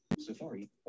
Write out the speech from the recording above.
Safari